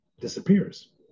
disappears